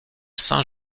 saint